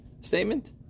statement